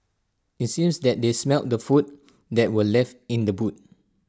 IT seems that they smelt the food that were left in the boot